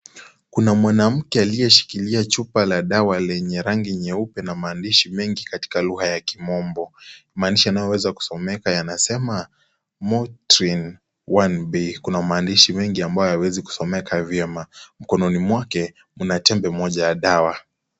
Kuna mwanamke aliyeshikilia chupa lenye rangi nyeupe na maandishi mengi katika lugha ya kimombo . Maandishi yanayoweza kusomeka yanasema Motrin 1B . Kuna maandishi mengi ambayo hayawezi kusomeka vyema . Mkononi mwake kuna tembe moja la dawa.